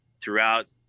throughout